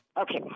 Okay